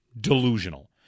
delusional